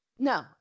No